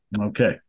Okay